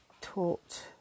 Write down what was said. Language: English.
taught